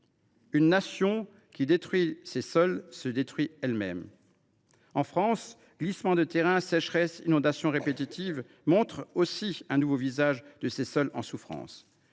Une nation qui détruit ses sols se détruit elle même. » En France, glissements de terrain, sécheresses, inondations répétitives montrent aussi un nouveau visage de ces sols en souffrance.